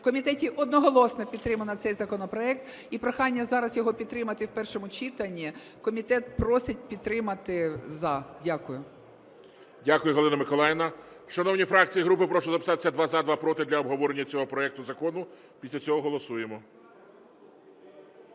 В комітеті одноголосно підтримано цей законопроект, і прохання зараз його підтримати в першому читанні. Комітет просить підтримати за. Дякую. ГОЛОВУЮЧИЙ. Дякую, Галина Миколаївна. Шановні фракції і групи, прошу записатися: два – за, два – проти, для обговорення цього проекту закону, після цього голосуємо.